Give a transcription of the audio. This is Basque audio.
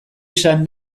izan